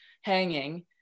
hanging